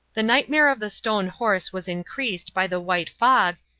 the nightmare of the stone horse was increased by the white fog,